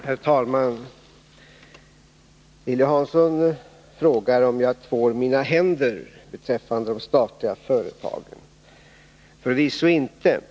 Herr talman! Lilly Hansson frågar om jag tvår mina händer beträffande de statliga företagen. Förvisso inte.